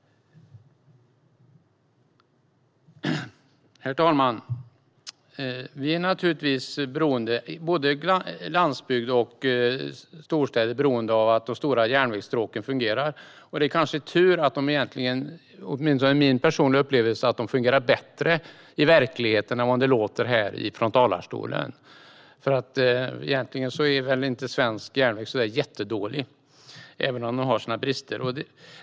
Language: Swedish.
Herr talman! Både landsbygd och storstäder är beroende av att de stora järnvägsstråken fungerar. Det kanske är tur att de, vilket är min personliga upplevelse, fungerar bättre i verkligheten än vad det låter som här från talarstolen. Egentligen är väl inte svensk järnväg så jättedålig, även om den har sina brister.